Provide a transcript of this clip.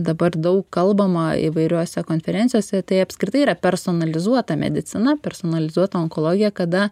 dabar daug kalbama įvairiose konferencijose tai apskritai yra personalizuota medicina personalizuota onkologija kada